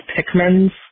Pikmins